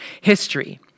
history